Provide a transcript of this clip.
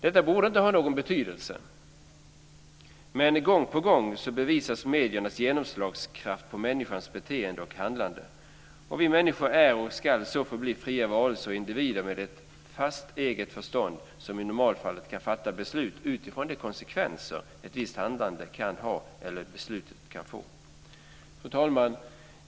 Detta borde inte ha någon betydelse, men gång på gång bevisas mediernas genomslagskraft när det gäller människans beteende och handlande. Vi människor är och ska förbli fria varelser och individer med ett fast eget förstånd som i normalfallet kan fatta beslut utifrån de konsekvenser ett visst handlande eller ett beslut kan få. Fru talman!